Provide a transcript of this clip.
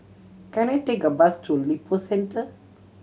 can I take a bus to Lippo Centre